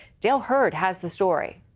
dale hurd has the story.